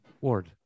Ward